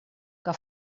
que